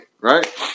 right